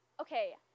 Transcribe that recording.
okay